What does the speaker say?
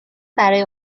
برای